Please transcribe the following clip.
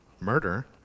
murder